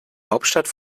hauptstadt